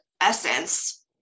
essence